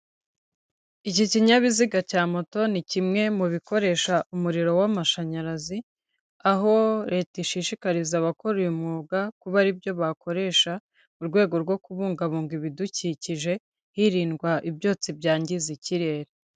Iki kinyabiziga cya moto ni kimwe mu bikoresha umuriro w'amashanyarazi, aho Leta ishishikariza abakora uyu mwuga kuba aribyo bakoresha, mu rwego rwo kubungabunga ibidukikije, hirindwa ibyotsi byangiza ikirere.